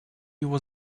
его